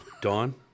Dawn